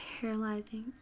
paralyzing